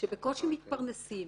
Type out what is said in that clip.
שבקושי מתפרנסים,